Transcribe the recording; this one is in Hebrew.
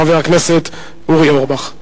חבר הכנסת אורי אורבך.